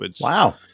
Wow